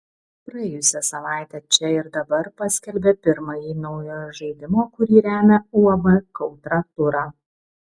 praėjusią savaitę čia ir dabar paskelbė pirmąjį naujo žaidimo kurį remia uab kautra turą